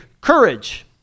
courage